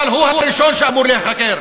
אבל הוא הראשון שאמור להיחקר.